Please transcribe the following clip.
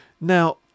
Now